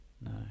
No